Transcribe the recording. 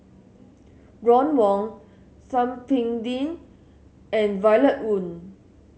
Ron Wong Thum Ping Tjin and Violet Oon